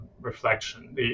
reflection